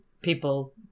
people